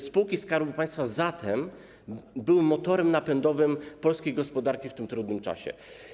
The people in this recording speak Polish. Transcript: Spółki Skarbu Państwa były zatem motorem napędowym polskiej gospodarki w tym trudnym czasie.